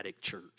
church